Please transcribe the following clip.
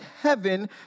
heaven